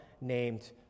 named